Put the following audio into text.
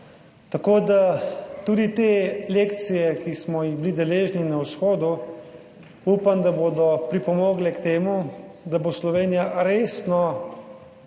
Tako da tudi te lekcije, ki smo jih bili deležni na Vzhodu, upam, da bodo pripomogle k temu, da bo Slovenija resno